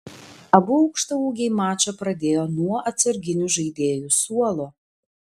abu aukštaūgiai mačą pradėjo nuo atsarginių žaidėjų suolo